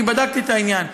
אני בדקתי את העניין.